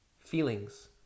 feelings